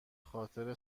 خاطر